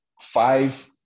five